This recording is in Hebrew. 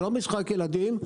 זה לא משחק ילדים,